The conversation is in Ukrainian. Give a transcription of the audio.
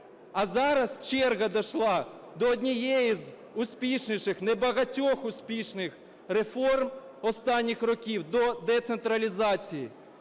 А зараз черга дійшла до однієї з успішніших, небагатьох успішних реформ останніх років, до децентралізації.